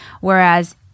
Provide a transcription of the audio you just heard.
Whereas